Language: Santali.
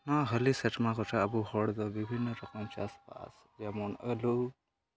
ᱱᱚᱣᱟ ᱦᱟᱹᱞᱤ ᱥᱮᱨᱢᱟ ᱠᱚᱨᱮᱜ ᱟᱵᱚ ᱦᱚᱲ ᱫᱚ ᱵᱤᱵᱷᱤᱱᱱᱚ ᱨᱚᱠᱚᱢ ᱪᱟᱥᱼᱵᱟᱥ ᱡᱮᱢᱚᱱ ᱟᱹᱞᱩ